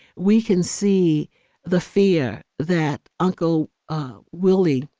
we can see the fear that uncle ah willie